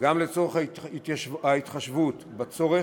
גם לצורך ההתחשבות בצורך,